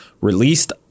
released